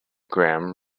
graham